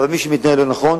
אבל מי שמתנהל לא נכון,